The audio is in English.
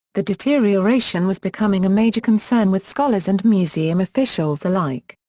the deterioration was becoming a major concern with scholars and museum officials alike.